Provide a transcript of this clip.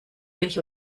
milch